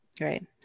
Right